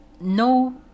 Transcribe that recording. no